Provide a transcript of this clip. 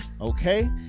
Okay